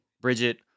Bridget